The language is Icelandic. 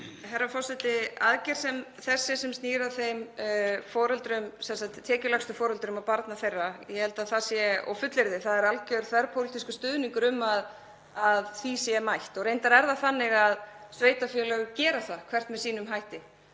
Herra forseti. Aðgerð sem þessi, sem snýr að tekjulægstu foreldrum og börnum þeirra, ég held að það sé og fullyrði að það er alger þverpólitískur stuðningur um að því sé mætt. Reyndar er það þannig að sveitarfélög gera það hvert með sínum hætti.